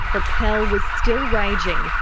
rappel was still raging,